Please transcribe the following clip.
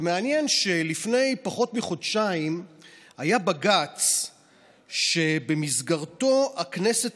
ומעניין שלפני פחות מחודשיים היה בג"ץ שבמסגרתו הכנסת